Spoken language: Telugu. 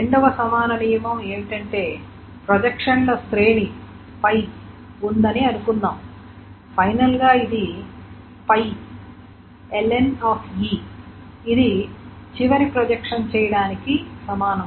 రెండవ సమాన నియమం ఏమిటంటే ప్రొజెక్షన్ ల శ్రేణి Π ఉందని అనుకుందాం ఫైనల్ గా ఇది ఇది చివరి ప్రొజెక్షన్ చేయటానికి సమానం